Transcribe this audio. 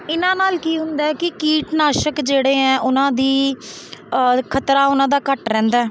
ਇਹਨਾਂ ਨਾਲ ਕੀ ਹੁੰਦਾ ਕਿ ਕੀਟਨਾਸ਼ਕ ਜਿਹੜੇ ਹੈ ਉਹਨਾਂ ਦੀ ਖਤਰਾ ਉਹਨਾਂ ਦਾ ਘੱਟ ਰਹਿੰਦਾ